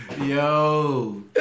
Yo